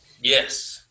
Yes